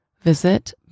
Visit